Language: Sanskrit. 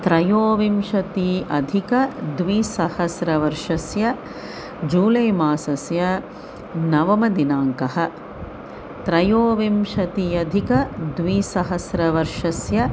त्रयोविंशत्यधिकद्विसहस्रवर्षस्य जुलै मासस्य नवमदिनाङ्कः त्रयोविंशत्यधिकद्विसहस्रवर्षस्य